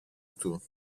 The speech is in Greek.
του